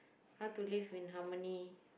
how to live in harmony